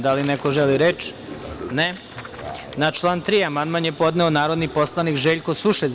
Da li neko želi reč? (Ne) Na član 3. amandman je podneo narodni poslanik Željko Sušec.